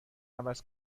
عوض